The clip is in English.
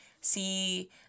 see